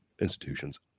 institutions